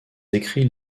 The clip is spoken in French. écrits